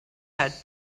had